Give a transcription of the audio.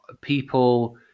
people